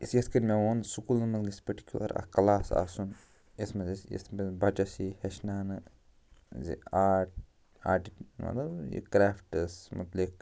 یِتھٕ کٔنۍ مےٚ ووٚن سکوٗلَن منٛز گژھِ پٔٹِکیٛوٗلَر اَکھ کلاس آسُن یَتھ منٛز أسۍ یَتھ منٛز بَچَس یِیہِ ہیچھناونہٕ زِ آرٹ آرٹہٕ مطلب یہِ کرٛافٹَس متعلِق